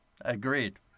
Agreed